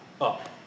up